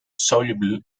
soluble